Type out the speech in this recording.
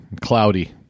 cloudy